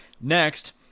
Next